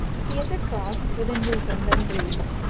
he is a cross with the newfoundland breed,